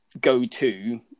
go-to